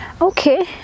Okay